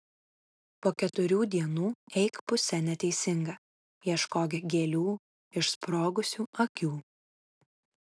po keturių dienų eik puse neteisinga ieškok gėlių išsprogusių akių